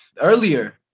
earlier